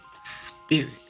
spirit